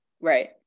Right